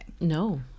no